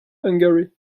hungary